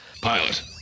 Pilot